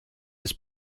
his